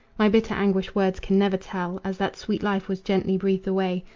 my bitter anguish words can never tell, as that sweet life was gently breathed away.